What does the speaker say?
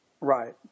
Right